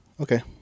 Okay